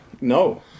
No